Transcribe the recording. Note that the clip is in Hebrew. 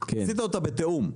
עשית אותה בתיאום,